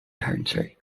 county